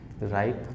right